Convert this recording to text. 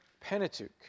Pentateuch